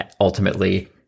ultimately-